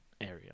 area